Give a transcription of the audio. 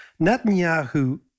Netanyahu